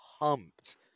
pumped